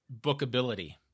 bookability